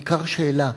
בעיקר שאלה: